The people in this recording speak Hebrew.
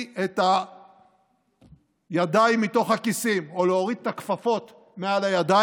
את הידיים מתוך הכיסים או להוריד את הכפפות מהידיים,